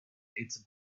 its